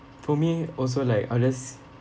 for me also like I'll just